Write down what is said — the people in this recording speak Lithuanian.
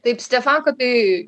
taip stefanka tai